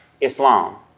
Islam